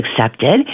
accepted